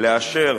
לאשר